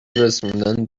رسوندن